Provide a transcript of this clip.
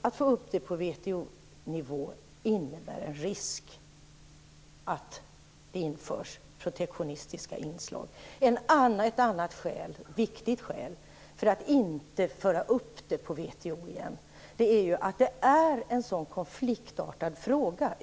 Att ta upp dessa frågor i WTO innebär en risk för protektionistiska inslag. Ett annat viktigt skäl för att inte föra upp frågan till WTO är att det är en så konfliktartad fråga.